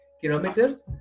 kilometers